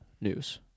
News